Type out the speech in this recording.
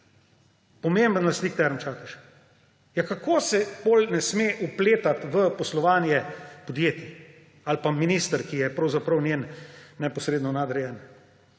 pomemben lastnik Term Čatež. Ja, kako se potem ne sme vpletati v poslovanje podjetij? Ali pa minister, ki je pravzaprav njen neposredno nadrejeni?